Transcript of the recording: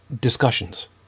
discussions